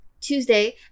tuesday